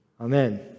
Amen